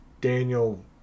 daniel